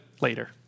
later